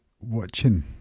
watching